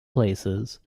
places